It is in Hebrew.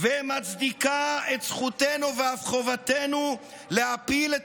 ומצדיק את זכותנו ואף חובתנו להפיל את